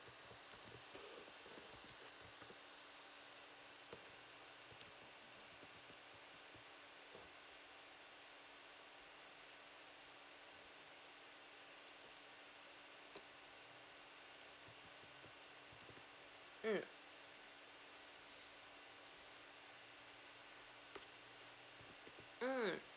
mm mm